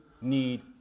need